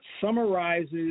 summarizes